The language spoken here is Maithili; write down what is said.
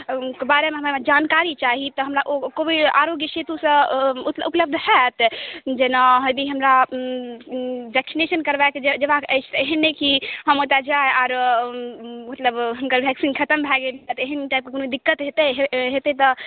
के बारेमे हमरा जानकारी चाही तऽ हमरा ओ कोविड आरोग्य सेतुसँ उपलब्ध होयत जेना यदि हमरा वेक्सिनेशन करबाक जयबाक अछि तऽ एहन नहि कि हम ओतऽ जाइ आरो मतलब हुनकर वेक्सीन खतम भऽ जायत एहन टाइपके कोनो दिकक्त हेतै हेतै तऽ